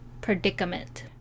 predicament